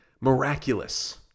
miraculous